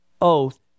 oath